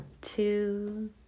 two